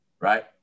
right